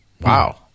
wow